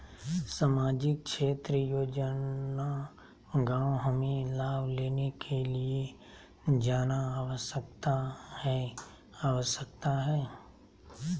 सामाजिक क्षेत्र योजना गांव हमें लाभ लेने के लिए जाना आवश्यकता है आवश्यकता है?